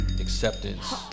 acceptance